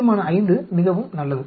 தீர்மான V மிகவும் நல்லது